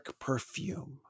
perfume